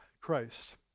Christ